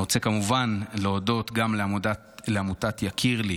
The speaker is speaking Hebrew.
אני רוצה כמובן להודות גם לעמותת יקיר לי,